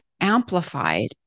amplified